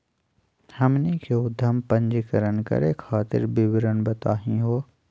हमनी के उद्यम पंजीकरण करे खातीर विवरण बताही हो?